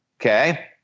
Okay